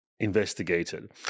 Investigated